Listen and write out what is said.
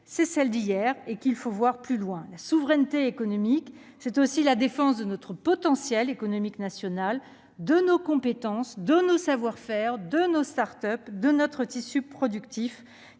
est celle d'hier ; il nous faut voir plus loin. La souveraineté économique n'est-elle pas aussi la défense de notre potentiel économique national, de nos compétences, de nos savoir-faire, de nos start-up, de notre tissu productif,